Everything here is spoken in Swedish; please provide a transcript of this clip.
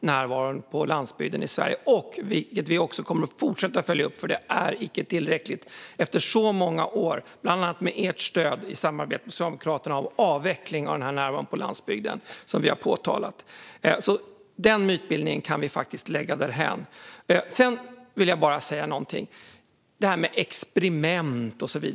närvaron på landsbygden i Sverige måste återställas. Vi kommer att fortsätta följa upp detta. Det här är icke tillräckligt, vilket vi har påtalat, efter så många år av avveckling av närvaron på landsbygden med bland annat ert stöd till Socialdemokraterna. Mytbildningen kan vi lägga därhän. Jag vill säga ytterligare något om experiment och sådant.